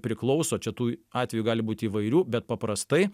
priklauso čia tų atvejų gali būti įvairių bet paprastai